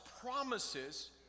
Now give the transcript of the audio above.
promises